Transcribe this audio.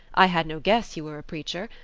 i had no guess you were a preacher,